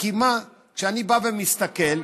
כשאני בא ומסתכל,